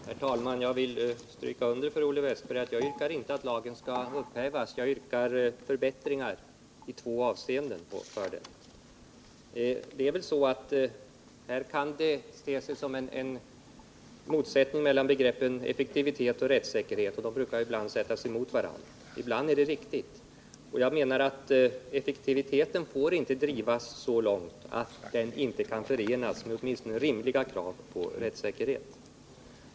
Herr talman! Jag vill stryka under för Olle Westberg att jag yrkar inte att lagen skall upphävas. Jag yrkar på förbättringar i två avseenden. Här kan det te sig som en motsättning mellan effektivitet och rättssäkerhet. De begreppen sätts ofta emot varandra, och ibland är det riktigt. Jag menar att effektiviteten inte får drivas så långt att den inte kan förenas med åtminstone rimliga krav på rättssäkerhet.